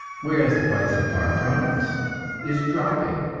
whereas, the price of farm-products is dropping.